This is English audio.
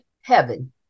heaven